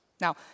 Now